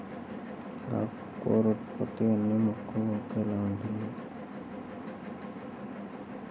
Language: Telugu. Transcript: అంకురోత్పత్తి అన్నీ మొక్కల్లో ఒకేలా ఉంటుందా?